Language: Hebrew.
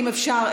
אם אפשר,